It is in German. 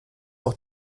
auch